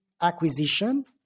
acquisition